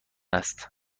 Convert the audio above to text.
است